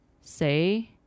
say